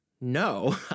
no